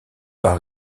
par